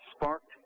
sparked